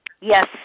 Yes